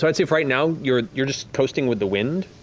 so i'd say, for right now, you're you're just coasting with the wind,